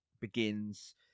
begins